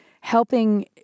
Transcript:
helping